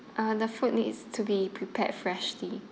uh the food needs to be prepared freshly